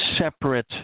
separate